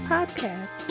Podcast